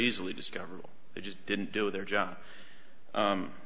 easily discovered they just didn't do their job